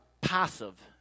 passive